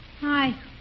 Hi